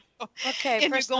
Okay